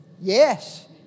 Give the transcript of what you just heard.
yes